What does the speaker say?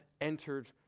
entered